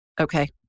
Okay